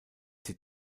sie